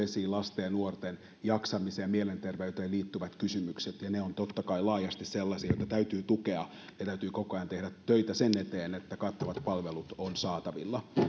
lasten ja nuorten jaksamiseen ja mielenterveyteen liittyvät kysymykset ovat eri tavoin nousseet esiin ne ovat totta kai laajasti sellaisia joita täytyy tukea ja koko ajan täytyy tehdä töitä sen eteen että kattavat palvelut on saatavilla